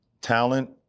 talent